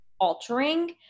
altering